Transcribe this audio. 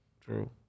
True